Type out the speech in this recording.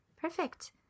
Perfect